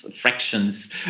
Fractions